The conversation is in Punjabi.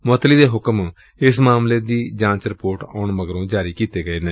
ਮੁਅਤਲੀ ਦੇ ਹੁਕਮ ਇਸ ਮਾਮਲੇ ਚ ਜਾਂਚ ਦੀ ਰਿਪੋਰਟ ਆਉਣ ਮਗਰੋ ਜਾਰੀ ਕੀਤੇ ਗਏ ਨੇ